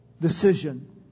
decision